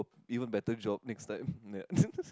even better job next time ya